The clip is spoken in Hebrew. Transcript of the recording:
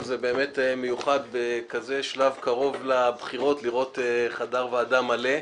זה באמת מיוחד לראות בשלב כל כך קרוב לבחירות חדר ועדה מלא,